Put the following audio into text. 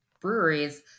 breweries